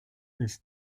this